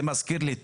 זה מזכיר לי,